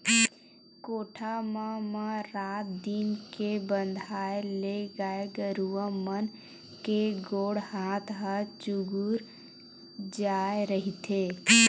कोठा म म रात दिन के बंधाए ले गाय गरुवा मन के गोड़ हात ह चूगूर जाय रहिथे